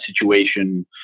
situation